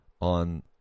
on